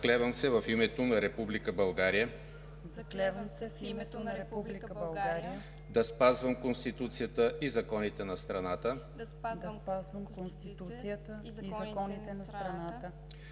„Заклевам се в името на Република България да спазвам Конституцията и законите на страната,